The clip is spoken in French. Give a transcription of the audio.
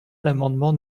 l’amendement